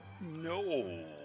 No